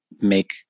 make